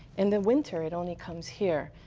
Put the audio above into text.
in the winter, it only comes here.